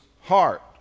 heart